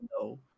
No